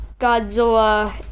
Godzilla